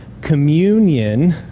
Communion